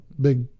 big